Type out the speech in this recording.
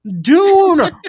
Dune